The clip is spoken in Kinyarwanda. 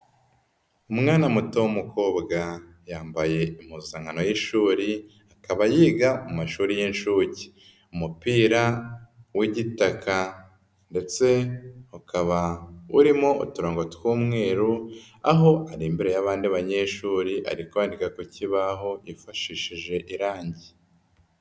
Umwana muto w'umukobwa yambaye impuzankano y'ishuri akaba yiga mu mashuri y'inshuke, umupira w'igitaka ndetse ukaba urimo uturango tw'umweru, aho ari imbere y'abandi banyeshuri ari kwandika ku kibaho yifashishije irangi.